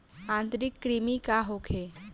आंतरिक कृमि का होखे?